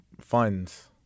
funds